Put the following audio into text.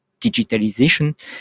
digitalization